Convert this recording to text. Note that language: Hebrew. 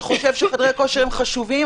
שחושב שחדרי כושר הם חשובים,